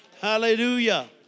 Hallelujah